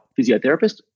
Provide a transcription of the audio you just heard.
physiotherapist